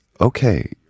okay